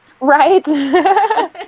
right